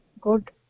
good